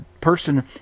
person